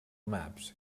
maps